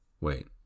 wait